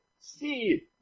see